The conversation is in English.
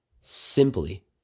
simply